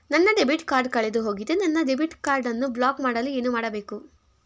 ನನ್ನ debit card ಕಳೆದುಹೋಗಿದೆ ನನ್ನ ಡೆಬಿಟ್ ಕಾರ್ಡ್ ಅನ್ನು ಬ್ಲಾಕ್ ಮಾಡಲು ಏನು ಮಾಡಬೇಕು?